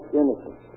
innocent